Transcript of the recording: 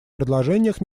предложениях